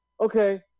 okay